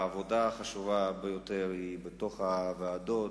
העבודה החשובה ביותר היא בוועדות,